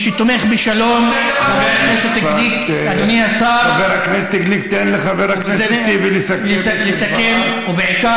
איך קוראים להוא שקיבל פרס נובל לשלום?